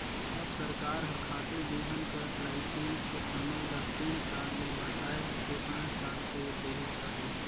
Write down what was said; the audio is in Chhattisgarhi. अब सरकार हर खातू बीहन कर लाइसेंस कर समे ल तीन साल ले बढ़ाए के पाँच साल कइर देहिस अहे